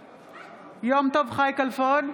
בעד יום טוב חי כלפון,